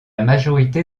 majorité